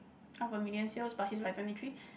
half a million sales but he's like twenty three